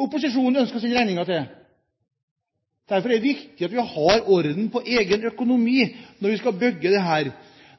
opposisjonen ønsker å sende regningen til? Derfor er det viktig at vi har orden på egen økonomi når vi skal bygge dette.